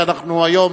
שהיום